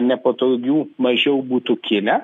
nepatogių mažiau būtų kilę